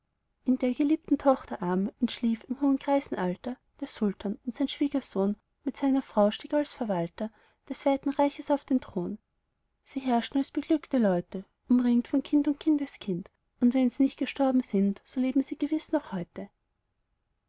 der geliebten tochter arm entschlief im hohen greisenalter der sultan und sein schwiegersohn mit seiner frau stieg als verwalter des weiten reiches auf den thron sie herrschten als beglückte leute umringt von kind und kindeskind und wenn sie nicht gestorben sind so leben sie gewiß noch heute